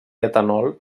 etanol